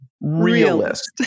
realist